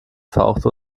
fauchte